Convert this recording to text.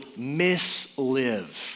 mislive